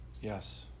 Yes